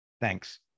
thanks